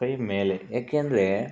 ಕೈ ಮೇಲೆ ಯಾಕೆಂದರೆ